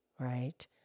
right